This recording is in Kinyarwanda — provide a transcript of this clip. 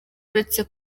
uretse